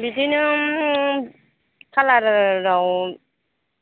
बिदिनो खालार याव